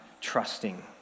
trusting